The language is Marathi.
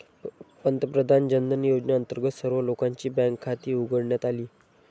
पंतप्रधान जनधन योजनेअंतर्गत सर्व लोकांची बँक खाती उघडण्यात आली